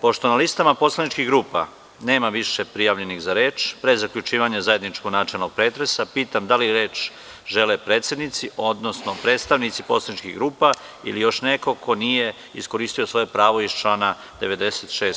Pošto na listama poslaničkih grupa nema više prijavljenih za reč, a pre zaključivanja zajedničkog načelnog pretresa pitam da li reč žele predsednici, odnosno predstavnici poslaničkih grupa ili još neko ko nije iskoristio svoje pravo iz člana 96.